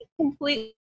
completely